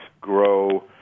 grow